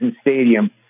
Stadium